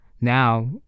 now